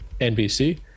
NBC